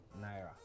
naira